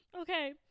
Okay